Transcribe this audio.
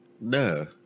No